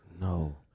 No